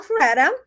Alpharetta